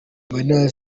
marina